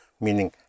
meaning